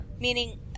Meaning